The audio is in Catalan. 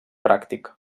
pràctic